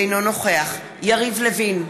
אינו נוכח יריב לוין,